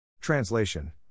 Translation